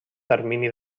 termini